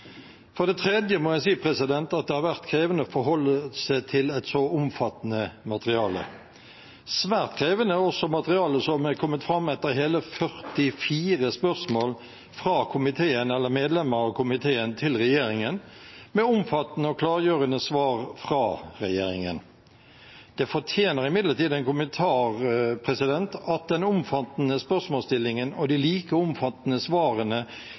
For det tredje må jeg si at det har vært krevende å forholde seg til et så omfattende materiale. Svært krevende er også materialet som er kommet fram etter hele 44 spørsmål fra komiteen eller medlemmer av komiteen til regjeringen, med omfattende og klargjørende svar fra regjeringen. Det fortjener imidlertid en kommentar at den omfattende spørsmålsstillingen og de like omfattende svarene